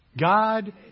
God